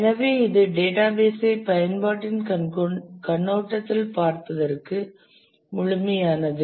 எனவே இது டேட்டாபேஸ் ஐ பயன்பாட்டின் கண்ணோட்டத்தில் பார்ப்பதற்கு முழுமையானது